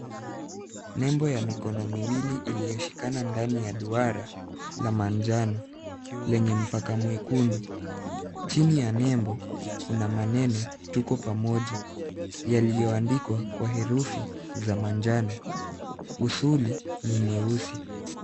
Nembo ya mikono miwili iliyoshikana ndani ya duara la manjano, lenye mpaka mwekundu. Chini ya nembo kuna maneno tuko pamoja yaliyo andikwa kwa herufi za manjano. Usuli ni mweusi.